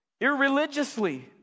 irreligiously